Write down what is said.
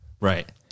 right